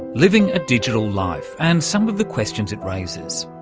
living a digital life and some of the questions it raises.